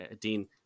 Dean